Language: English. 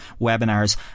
webinars